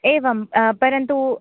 एवं परन्तु